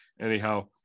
anyhow